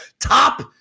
top